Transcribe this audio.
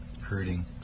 Hurting